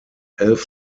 elf